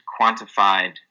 quantified